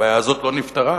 הבעיה הזאת לא נפתרה,